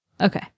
Okay